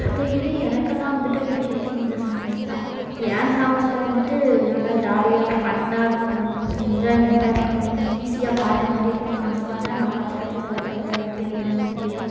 அதை விட எனக்கெல்லாம் வந்துவிட்டு பிடிக்கிறது இந்த சாங்ஸ் தான் என் சாங்ஸில் வந்துவிட்டு நல்லா ஜாலியாக ஃபன்னாக இருக்கணும் என்ஜாய்மெண்ட்டாக இருக்கணும் ஈஸியாக பாடுற மாதிரி இருக்கணும் அந்த மாதிரி தான் நான் பார்த்து பார்த்து செலக்ட் பண்ணுவேன் எல்லாத்தையும் ஒன்று ஒன்றுத்தையும்